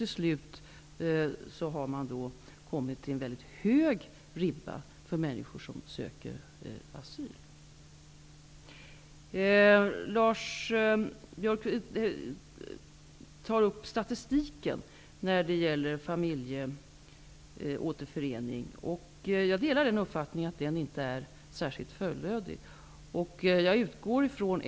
Till sist har ribban höjts väldigt mycket för de människor som söker asyl. Lars Biörck talade om statistiken över familjeåterföreningar. Jag delar uppfattningen att den inte är särskilt fullödig.